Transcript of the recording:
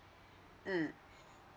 mm